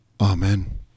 Amen